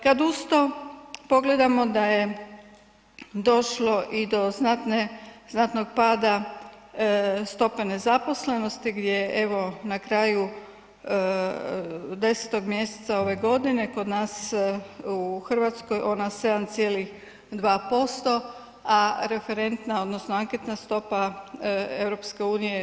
Kad uz to pogledamo da je došlo i do znatnog pada stope nezaposlenosti gdje je evo na kraju 10.-og mjeseca ove godine kod nas u Hrvatskoj ona 7,2% a referentna odnosno anketna stopa EU je 6,2%